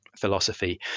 philosophy